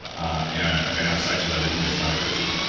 ah you know i'm gonna have sex with everything that's not a cookie.